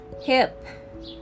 hip